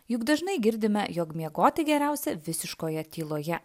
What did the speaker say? juk dažnai girdime jog miegoti geriausia visiškoje tyloje